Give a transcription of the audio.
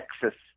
Texas